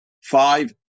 five